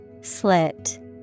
Slit